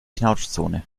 knautschzone